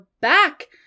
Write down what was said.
back